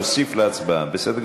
להוסיף אותה להצבעה.